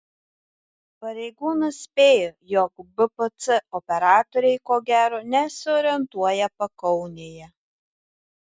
pareigūnas spėjo jog bpc operatoriai ko gero nesiorientuoja pakaunėje